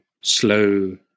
slow